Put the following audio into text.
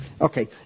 Okay